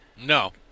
No